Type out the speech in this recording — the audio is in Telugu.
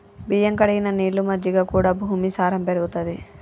బియ్యం కడిగిన నీళ్లు, మజ్జిగ కూడా భూమి సారం పెరుగుతది